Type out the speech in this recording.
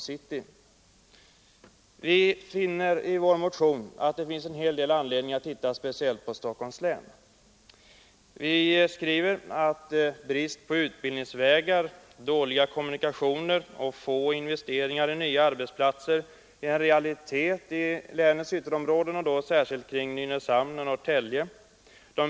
Vi framhåller i vår motion att det finns anledning att titta speciellt på Stockholms län. Vi skriver att brist på utbildningsvägar, dåliga kommunikationer och få investeringar i nya arbetsplatser är en realitet i länets ytterområden, särskilt i Nynäshamn och Norrtälje kommuner.